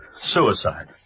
Suicide